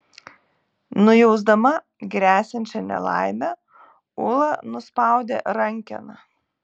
nujausdama gresiančią nelaimę ula nuspaudė rankeną